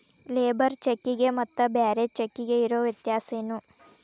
Labour ಚೆಕ್ಕಿಗೆ ಮತ್ತ್ ಬ್ಯಾರೆ ಚೆಕ್ಕಿಗೆ ಇರೊ ವ್ಯತ್ಯಾಸೇನು?